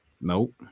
Nope